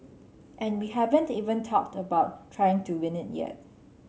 and we haven't even talked about trying to win it yet